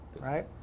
right